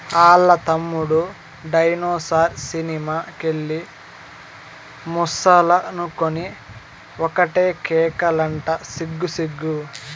ఆల్ల తమ్ముడు dinosaur cinema కెళ్ళి ముసలనుకొని ఒకటే కేకలంట సిగ్గు సిగ్గు